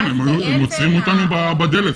היו מוציאים אותם לדלת.